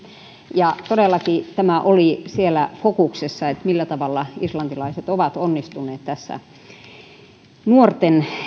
ja todellakin tämä oli siellä fokuksessa millä tavalla islantilaiset ovat onnistuneet nuorten